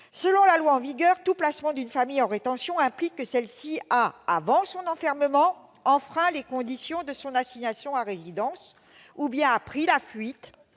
Selon la loi en vigueur, tout placement d'une famille en rétention implique que celle-ci a, avant son enfermement, enfreint les conditions de son assignation à résidence ou bien a pris la fuite